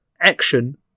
Action